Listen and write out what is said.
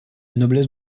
noblesse